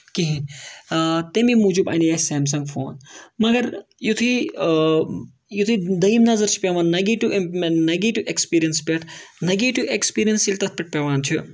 کِہینۍ نہٕ تَمہِ موٗجوٗب اَنے اَسہِ سمسنگ فون مَگر یِتھُے یِتھُے دوٚیِم نَظر چھِ پیوان نگیٹِو نگیٹِو اٮ۪کٔسپِرینسہِ پٮ۪ٹھ نگیٹِو اٮ۪کٔسپِرینس ییٚلہِ تَتھ پٮ۪ٹھ پیوان چھ